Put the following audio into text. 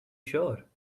sure